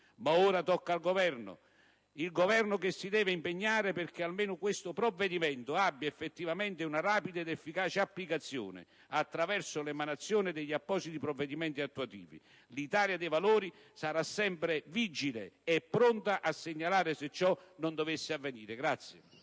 Ma ora tocca al Governo impegnarsi perché almeno questo provvedimento abbia effettivamente una rapida ed efficace applicazione, attraverso l'emanazione degli appositi provvedimenti attuativi. L'Italia dei Valori sarà, come sempre, vigile e pronta a segnalare se ciò non dovesse avvenire.